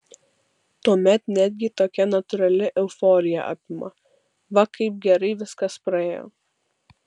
tuomet netgi tokia natūrali euforija apima va kaip gerai viskas praėjo